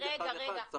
צריך תמונה כללית.